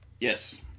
Yes